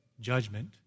judgment